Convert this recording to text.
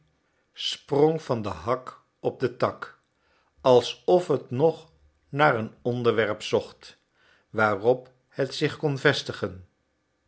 sprong van den hak op den tak alsof het nog naar een onderwerp zocht waarop het zich kon vestigen